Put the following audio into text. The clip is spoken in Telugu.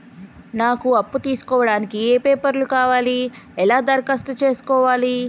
నాకు అప్పు తీసుకోవడానికి ఏ పేపర్లు కావాలి ఎలా దరఖాస్తు చేసుకోవాలి?